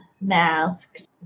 Masked